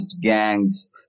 gangs